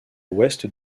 l’ouest